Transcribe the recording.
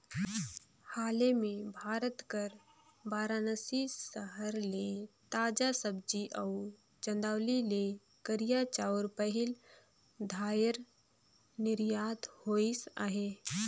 हाले में भारत कर बारानसी सहर ले ताजा सब्जी अउ चंदौली ले करिया चाँउर पहिल धाएर निरयात होइस अहे